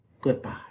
goodbye